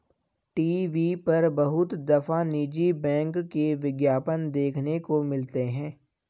TV पर बहुत दफा निजी बैंक के विज्ञापन देखने को मिलते हैं